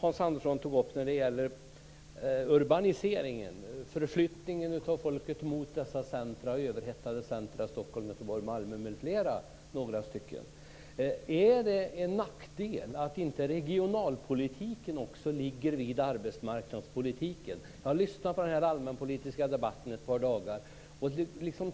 Andersson tog upp när det gäller urbaniseringen - förflyttningen av folket mot de överhettade centrumen Stockholm, Göteborg och Malmö, m.fl. Är det en nackdel att inte också regionalpolitiken hör ihop med arbetsmarknadspolitiken? Jag har lyssnat på den allmänpolitiska debatten i ett par dagar.